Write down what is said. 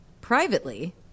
privately